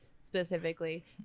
specifically